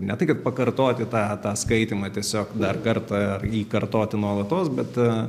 ne tai kad pakartoti tą tą skaitymą tiesiog dar kartą ar jį kartoti nuolatos bet